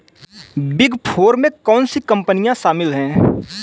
Big four में कौन सी कंपनियाँ शामिल हैं?